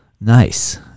Nice